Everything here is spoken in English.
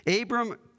Abram